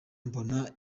mbona